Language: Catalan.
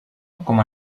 com